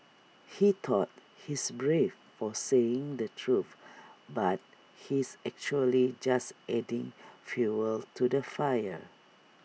he thought he's brave for saying the truth but he's actually just adding fuel to the fire